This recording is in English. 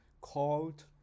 called